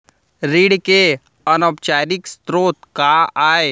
ऋण के अनौपचारिक स्रोत का आय?